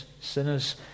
sinners